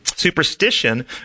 Superstition